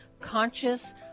conscious